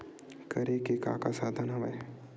करे के का का साधन हवय?